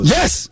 Yes